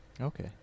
Okay